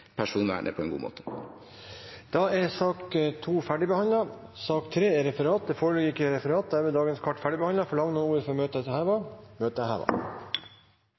personvernet på en god måte. Den ordinære spørretimen er dermed omme. Det foreligger ikke noe referat. Dermed er dagens kart ferdigbehandlet. Forlanger noen ordet før møtet heves? – Møtet er